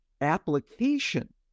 application